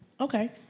Okay